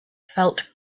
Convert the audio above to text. felt